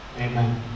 Amen